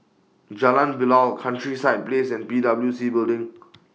Jalan Bilal Countryside Place and P W C Building